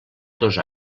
dos